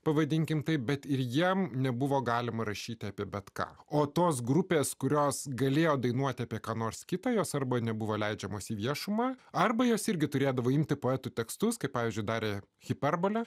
pavadinkime taip bet ir jam nebuvo galima rašyti apie bet ką o tos grupės kurios galėjo dainuoti apie ką nors kitą jos arba nebuvo leidžiamos į viešumą arba jos irgi turėdavo imti poetų tekstus kaip pavyzdžiui darė hiperbolė